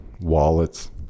wallets